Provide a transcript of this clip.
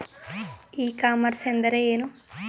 E commerce ಎಂದರೆ ಏನು?